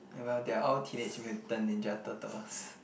oh well they are teenage mutant ninja turtles